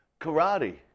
karate